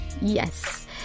Yes